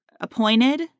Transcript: appointed